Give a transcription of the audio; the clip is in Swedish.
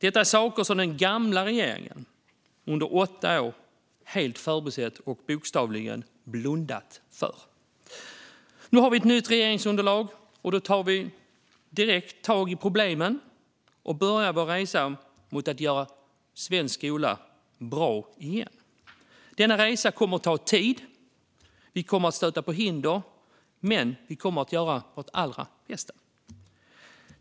Det är saker som den gamla regeringen helt har förbisett och bokstavligen blundat för under åtta år. Nu har vi ett nytt regeringsunderlag, och då tar vi direkt tag i problemen och börjar vår resa mot att göra svensk skola bra igen. Resan kommer att ta tid, och vi kommer att stöta på hinder. Men vi kommer att göra vårt allra bästa.